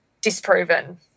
disproven